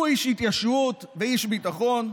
הוא איש התיישבות ואיש ביטחון,